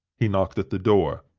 he knocked at the door.